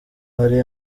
hari